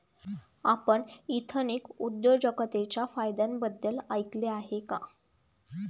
आपण एथनिक उद्योजकतेच्या फायद्यांबद्दल ऐकले आहे का?